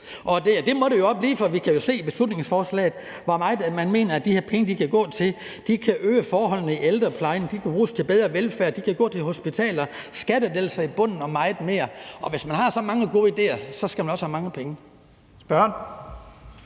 Det må det også blive, for vi kan jo se i beslutningsforslaget, hvor meget man mener at de her penge kan gå til. De kan forbedre forholdene i ældreplejen, de kan bruges til bedre velfærd, de kan gå til hospitaler, skattelettelser i bunden og meget mere. Hvis man har så mange gode idéer, skal man også have mange penge.